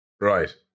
Right